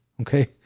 Okay